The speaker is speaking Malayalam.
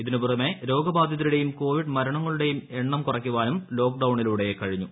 ഇതിനു പുറമെ രോഗബാധിതരുടെയും കോവിഡ് മരണങ്ങളുടെയും എണ്ണം കുറയ്ക്കാനും ലോക്ഡൌണിലൂടെ കഴിഞ്ഞു